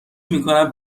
میکنم